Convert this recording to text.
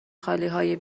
خالیهای